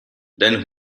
then